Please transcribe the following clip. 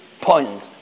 point